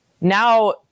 now